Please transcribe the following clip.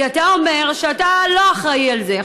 כי אתה אומר שאתה לא אחראי לזה.